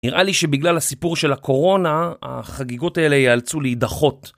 נראה לי שבגלל הסיפור של הקורונה, החגיגות האלה ייאלצו להידחות.